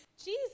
Jesus